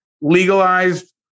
legalized